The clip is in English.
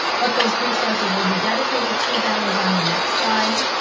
what those resources will be dedicated to then is on the next slide.